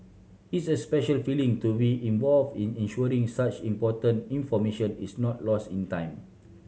it's a special feeling to involved in ensuring such important information is not lost in time